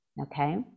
okay